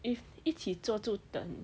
if 一起坐住等